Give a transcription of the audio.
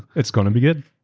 it's going to be good.